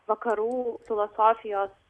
vakarų filosofijos